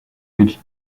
which